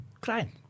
crying